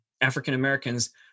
African-Americans